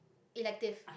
elective